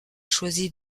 choisit